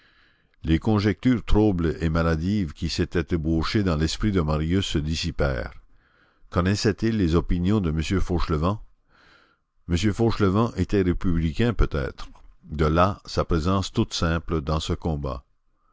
les conjectures troubles et maladives qui s'étaient ébauchées dans l'esprit de marius se dissipèrent connaissait-il les opinions de m fauchelevent m fauchelevent était républicain peut-être de là sa présence toute simple dans ce combat